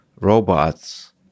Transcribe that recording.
robots